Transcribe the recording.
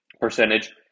percentage